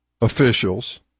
officials